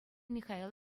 михаил